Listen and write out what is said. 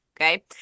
okay